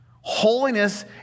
Holiness